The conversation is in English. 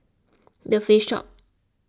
the Face Shop